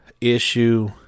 issue